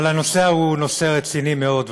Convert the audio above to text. אבל הנושא הוא נושא רציני מאוד,